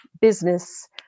business